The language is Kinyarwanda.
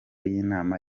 y’inama